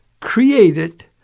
created